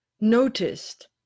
noticed